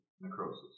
necrosis